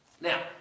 Now